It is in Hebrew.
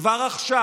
כבר עכשיו